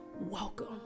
welcome